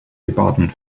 department